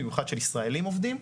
במיוחד של ישראלים עובדים.